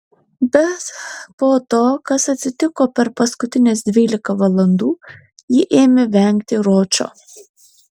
bet po to kas atsitiko per paskutines dvylika valandų ji ėmė vengti ročo